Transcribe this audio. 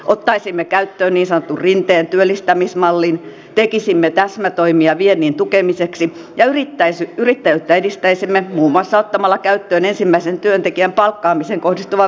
ottaisimme käyttöön niin sanotun rinteen työllistämismallin tekisimme täsmätoimia viennin tukemiseksi ja yrittäjyyttä edistäisimme muun muassa ottamalla käyttöön ensimmäisen työntekijän palkkaamiseen kohdistuvan verovähennyksen